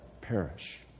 perish